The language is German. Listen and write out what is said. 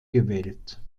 gewählt